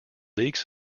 league